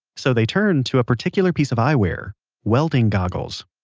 so, they turned to a particular piece of eyewear welding goggles.